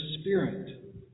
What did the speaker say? spirit